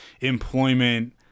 employment